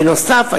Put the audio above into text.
בנוסף,